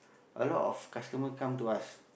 a lot of customer come to us